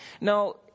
No